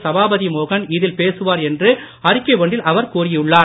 சபாபதி மோகன் இதில் பேசுவார் என்று அறிக்கை ஒன்றில் அவர் கூறியுள்ளார்